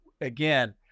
again